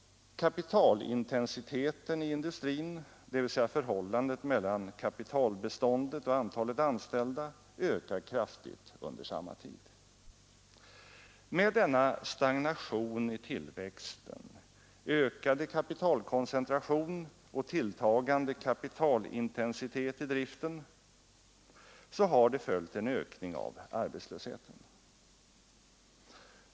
Kapitalintensiteten i industrin, dvs. förhållandet mellan kapitalbeståndet och antalet anställda, ökar kraftigt under samma tid. Med denna stagnation i tillväxten, ökad kapitalkoncentration och tilltagande kapitalintensitet i driften har följt en ökning av arbetslösheten.